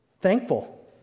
thankful